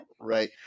Right